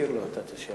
תזכיר לו את השאלה.